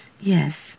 Yes